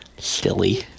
Silly